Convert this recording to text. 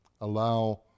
allow